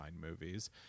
movies